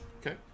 Okay